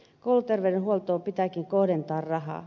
kouluterveydenhuoltoon pitääkin kohdentaa rahaa